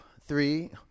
three